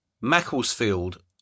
Macclesfield